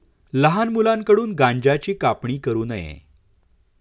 लहान मुलांकडून गांज्याची कापणी करू नये